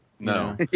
No